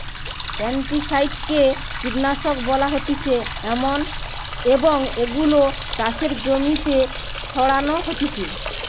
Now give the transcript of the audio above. pesticide কে কীটনাশক বলা হতিছে এবং এগুলো চাষের জমিতে ছড়ানো হতিছে